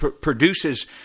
produces